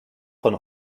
von